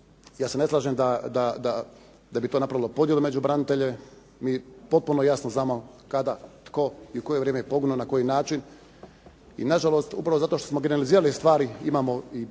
Ja se ne slažem da bi to napravilo podjelu među branitelje. Mi potpuno jasno znamo kada, tko i u koje vrijeme je poginuo, na koji način i nažalost upravo zato što smo generalizirali stvari imamo i